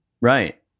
Right